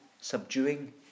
subduing